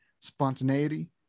spontaneity